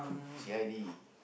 C_I_D